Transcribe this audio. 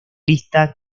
lista